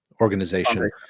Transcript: organization